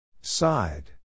Side